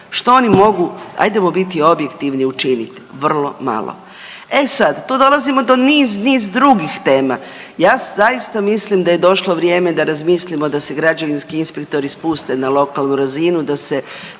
Što oni mogu, ajdemo biti objektivni, učiniti? Vrlo malo. E sad, tu dolazimo do niz, niz drugih tema. Ja zaista mislim da je došlo vrijeme da razmislimo da se građevinski inspektori spuste na lokalnu razinu, da se